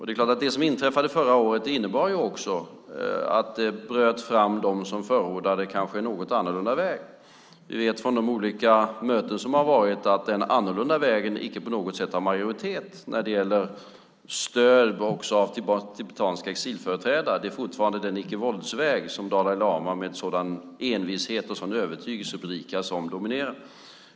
Det är klart att det som inträffade förra året också innebar att de som kanske förordade en något annorlunda väg bröt fram. Vi vet från de olika möten som har varit att den annorlunda vägen icke på något sätt har majoritet när det gäller stöd också av tibetanska exilföreträdare. Det är fortfarande den icke-våldsväg som Dalai lama med sådan envishet och sådan övertygelse predikar som dominerar.